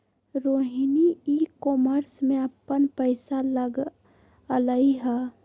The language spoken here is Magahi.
रोहिणी ई कॉमर्स में अप्पन पैसा लगअलई ह